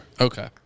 Okay